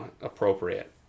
appropriate